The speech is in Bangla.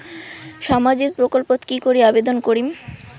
সামাজিক প্রকল্পত কি করি আবেদন করিম?